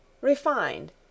Refined